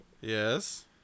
Yes